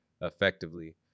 effectively